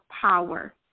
power